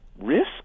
risk